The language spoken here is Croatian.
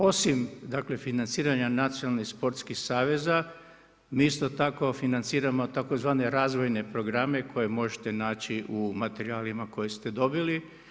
Osim financiranja nacionalnih sportskih saveza, mi isto tako financiramo tzv. razvojne programe koje možete naći u materijalima koje ste dobili.